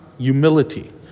humility